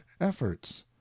efforts